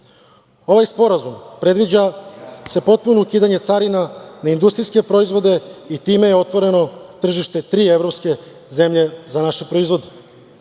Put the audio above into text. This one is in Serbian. Ovim Sporazumom se predviđa potpuno ukidanje carina na industrijske proizvode i time je otvoreno tržište tri evropske zemlje za naše proizvode. Srbija